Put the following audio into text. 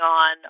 on